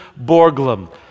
Borglum